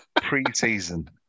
Pre-season